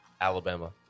Alabama